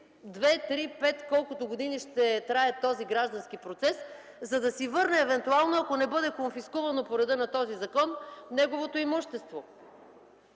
три, пет, колкото години ще трае този граждански процес, за да си върне евентуално, ако не бъде конфискувано по реда на този закон, неговото имущество.